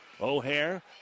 O'Hare